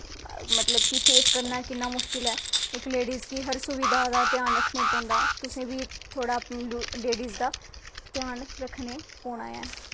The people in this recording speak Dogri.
मतलव कि फेस करनां किन्ना मुश्किल ऐ इक लेड़िस गी हर सुविधा दा ध्यान रक्खनें पौंदा तुसें बी थोह्ड़ा लेड़िस दा ध्यान रक्खनें पौंनां ऐ